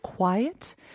quiet